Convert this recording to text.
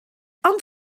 ond